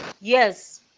Yes